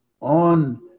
on